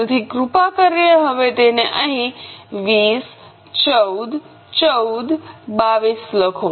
તેથી કૃપા કરીને હવે તેને અહીં 20 14 14 22 લખો